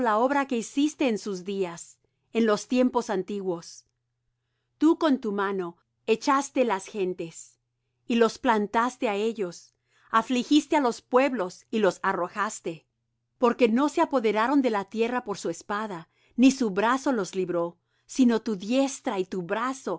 la obra que hiciste en sus días en los tiempos antiguos tú con tu mano echaste las gentes y los plantaste á ellos afligiste los pueblos y los arrojaste porque no se apoderaron de la tierra por su espada ni su brazo los libró sino tu diestra y tu brazo y